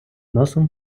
носом